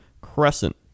crescent